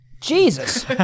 Jesus